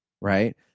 right